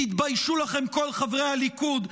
תתביישו לכם, כל חברי הליכוד.